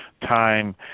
time